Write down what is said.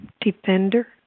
defender